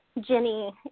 Jenny